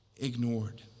ignored